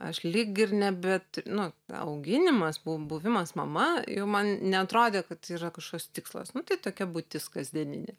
aš lyg ir nebet nu auginimas bu buvimas mama jau man neatrodė kad yra kažkoks tikslas nu tai tokia būtis kasdieninė